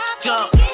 Jump